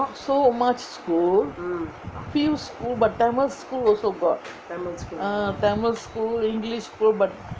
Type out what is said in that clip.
not so much school a few school but tamil school also got ah tamil school english school